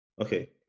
okay